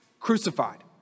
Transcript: crucified